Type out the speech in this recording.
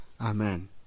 Amen